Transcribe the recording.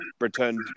returned